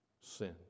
sin